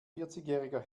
vierzigjähriger